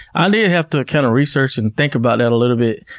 i did have to kind of research and think about that a little bit.